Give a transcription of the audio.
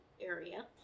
area